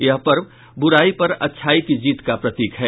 यह पर्व बुराई पर अच्छाई की जीत का प्रतीक है